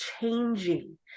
changing